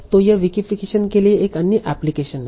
तो यह विकिफीकेशन के लिए एक अन्य एप्लीकेशन है